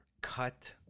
Cut